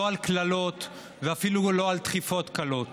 לא על קללות ואפילו לא על דחיפות קלות,